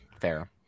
Fair